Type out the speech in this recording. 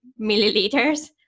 milliliters